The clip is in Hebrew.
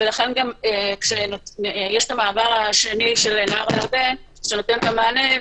יש את המעבר השני של נהר הירדן שנותן מענה.